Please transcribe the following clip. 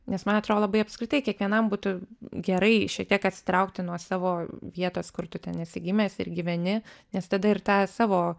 nes man atrodo labai apskritai kiekvienam būtų gerai šiek tiek atsitraukti nuo savo vietos kur tu ten esi gimęs ir gyveni nes tada ir tą savo